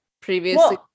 previously